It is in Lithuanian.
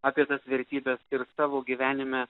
apie tas vertybes ir savo gyvenime